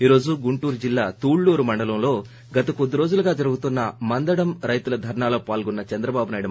ఈ రోజు గుంటూరు జిల్లా తుళ్చూరు మండలం గత కొద్ది రోజులగా జరుగుతున్న మందడంలో రైతుల ధర్నాలో పాల్గున్న చంద్రబాబు నాయుడు